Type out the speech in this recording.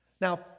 Now